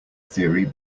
theory